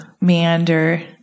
meander